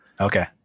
Okay